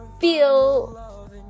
feel